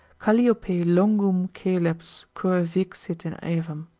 calliope longum caelebs cur vixit in aevum?